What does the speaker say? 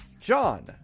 John